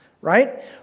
right